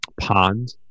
pond